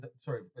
sorry